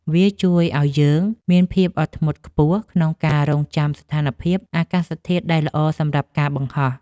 វាជួយឱ្យយើងមានភាពអត់ធ្មត់ខ្ពស់ក្នុងការរង់ចាំស្ថានភាពអាកាសធាតុដែលល្អសម្រាប់ការបង្ហោះ។